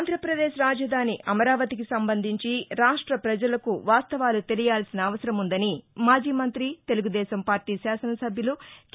ఆంధ్రప్రదేశ్ రాజధాని అమరావతికి సంబంధించి రాష్ట ప్రజలకు వాస్తవాలు తెలియాల్సిన అవసరముందని మాజీమంతి తెలుగుదేశం పార్టీ శాసనసభ్యులు కె